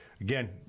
again